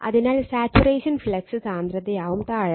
അതിനാൽ saturation flux സാന്ദ്രതയാവും താഴെ